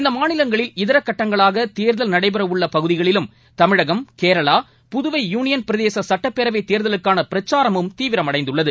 இந்த மாநிலங்களில் இதர கட்டங்களாக தேர்தல் நடைபெற உள்ள பகுதிகளிலும் தமிழகம் கேரளா புதுவை யூனியன் பிரதேச சட்டப் பேரவைத் தேர்தலுக்னன பிரச்சாரமும் தீவிரமடைந்துள்ளது